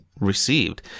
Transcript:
received